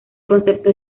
concepto